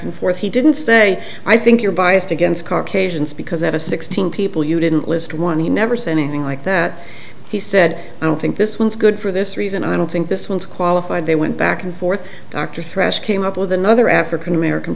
and forth he didn't say i think you're biased against dark asians because that is sixteen people you didn't list one he never saw anything like that he said i don't think this was good for this reason i don't think this was qualified they went back and forth dr thrash came up with another african american